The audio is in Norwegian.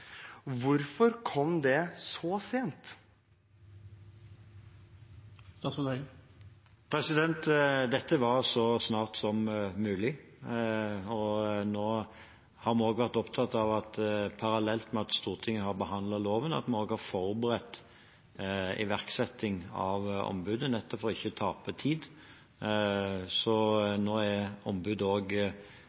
Hvorfor kom den så sent? Dette var så snart som mulig. Nå har vi også vært opptatt av at parallelt med at Stortinget har behandlet loven, har vi forberedt iverksetting av ombudet, nettopp for ikke å tape tid. Så nå er ombudet også utnevnt i statsråd og